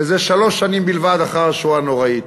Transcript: וזה שלוש שנים בלבד אחר השואה הנוראית.